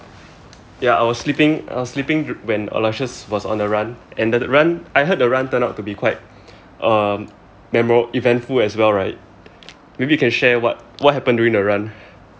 ya I was sleeping I was sleeping when aloysius was on the run and the run I heard the run turned out to be quite um memor~ eventful as well right maybe you can share what what happened during the run